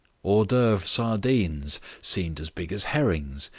hors-d'oeuvre sardines seemed as big as herrings,